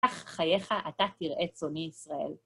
כך חייך אתה תרעה את צאני ישראל?